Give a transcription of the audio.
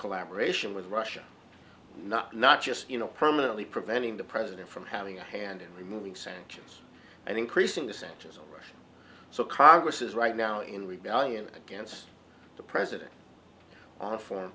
collaboration with russia not not just you know permanently preventing the president from having a hand in removing sanctions and increasing the centuries already so congress is right now in rebellion against the president on foreign